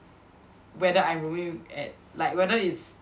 whether I'm rooming at like whether is